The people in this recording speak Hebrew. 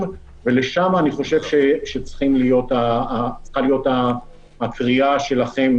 ולשם אני חושב שצריכה להיות הקריאה שלכם,